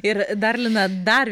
ir dar lina dar